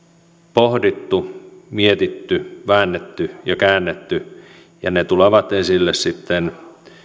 pohdittu mietitty väännetty ja käännetty ja ne tulevat esille sitten